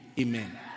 Amen